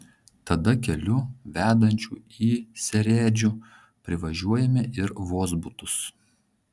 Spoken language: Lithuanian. tada keliu vedančiu į seredžių privažiuojame ir vozbutus